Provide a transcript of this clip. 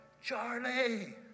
Charlie